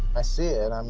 i see it, um